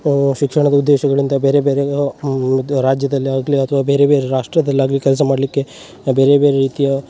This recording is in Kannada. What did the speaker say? ಶಿಕ್ಷಣದ ಉದ್ದೇಶಗಳಿಂದ ಬೇರೆ ಬೇರೆ ದು ರಾಜ್ಯದಲ್ಲೇ ಆಗಲಿ ಅಥ್ವಾ ಬೇರೆ ಬೇರೆ ರಾಷ್ಟ್ರದಲ್ಲಾಗಲಿ ಕೆಲಸ ಮಾಡಲಿಕ್ಕೆ ಬೇರೆ ಬೇರೆ ರೀತಿಯ